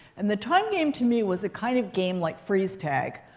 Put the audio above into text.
and the time game, to me, was a kind of game like freeze tag,